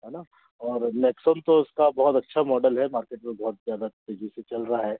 है ना और नेक्सोन तो उसका बहोत अच्छा मॉडल है मार्केट में बहुत ज़्यादा तेज़ी से चल रहा है